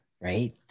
right